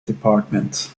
department